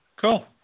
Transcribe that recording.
Cool